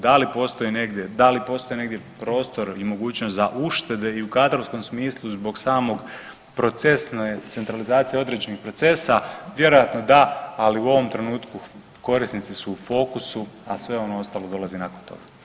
Da li postoji negdje prostor i mogućnost za uštede i u kadrovskom smislu zbog samog procesne centralizacije određenih procesa, vjerojatno da, ali u ovom trenutku, korisnici su u fokusu, a sve ono ostalo dolazi nakon toga.